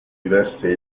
diverse